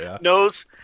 knows